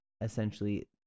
essentially